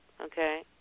Okay